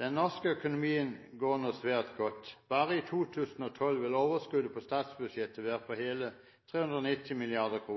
Den norske økonomien går nå svært godt. Bare i 2012 vil overskuddet på statsbudsjettet være på hele 390 mrd. kr.